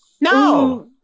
No